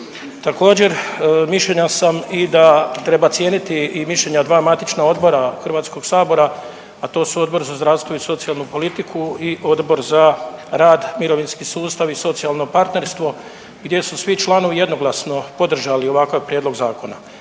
Također, mišljenja sam i da treba cijeniti i mišljenja dva matična odbora HS-a, a to su Odbor za zdravstvo i socijalnu politiku i Odbor za rad, mirovinski sustav i socijalno partnerstvo, gdje su svi članovi jednoglasno podržali ovakav prijedlog zakona.